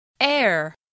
Air